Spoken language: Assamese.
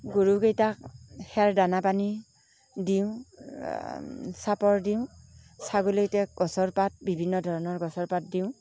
গৰুকেইটাক খেৰ দানা পানী দিওঁ চাপৰ দিওঁ ছাগলীকেইটাক গছৰ পাত বিভিন্ন ধৰণৰ গছৰ পাত দিওঁ